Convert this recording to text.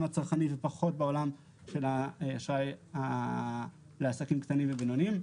הצרכני ופחות בעולם של האשראי לעסקים קטנים ובינוניים,